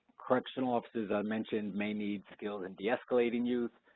correctional officers, i mentioned, may need skills in deescalating youth.